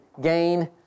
gain